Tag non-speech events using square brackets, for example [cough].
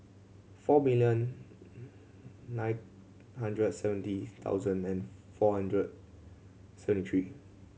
four million [hesitation] nine hundred and seventy thousand four hundred seventy three